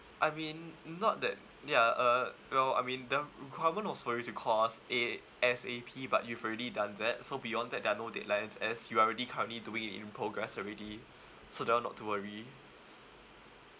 I mean not that ya uh well I mean the requirement was for you to call us A_S_A_P but you've already done that so beyond that there are no deadlines as you are already currently doing it in progress already so that [one] not to worry